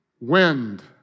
wind